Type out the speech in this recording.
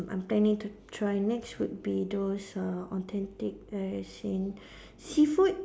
I'm planning to try next would be those uh authentic as in seafood